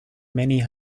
many